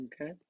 Okay